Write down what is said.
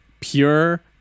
pure